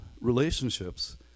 relationships